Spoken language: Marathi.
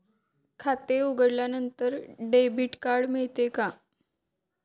खाते उघडल्यानंतर डेबिट कार्ड मिळते का?